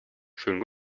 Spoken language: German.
schönen